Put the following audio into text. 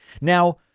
now